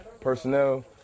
personnel